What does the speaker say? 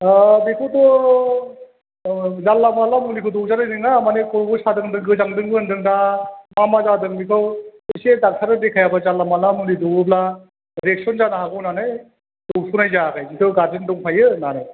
बेखौथ' औ जानला मानला मुलिखौ दौजानाय नङा माने खर'बो सादों गोजांदोंबो होनदों दा मा मा जादों बिबा एसे डक्ट'रनो देखायाबा जानला मानला मुलि दौओब्ला रियेक्स'न जानो हागौ होननानै दौथ'नाय जायाखै बिहाथ' गारजेन दंखायो होननानै